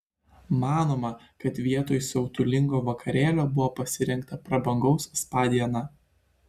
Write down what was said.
manoma kad vietoj siautulingo vakarėlio buvo pasirinkta prabangaus spa diena